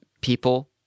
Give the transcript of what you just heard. people